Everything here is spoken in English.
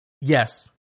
Yes